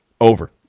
over